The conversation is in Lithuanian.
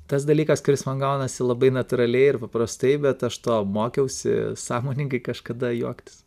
tas dalykas kuris man gaunasi labai natūraliai ir paprastai bet aš to mokiausi sąmoningai kažkada juoktis